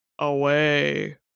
Away